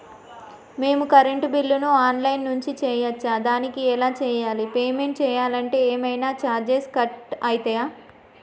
మేము కరెంటు బిల్లును online నుంచి చేయచ్చా? దానికి ఎలా చేయాలి? పేమెంట్ చేయాలంటే ఏమైనా చార్జెస్ కట్ అయితయా?